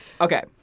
Okay